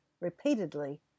repeatedly